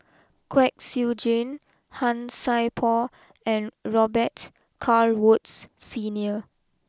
Kwek Siew Jin Han Sai Por and Robet Carr Woods Senior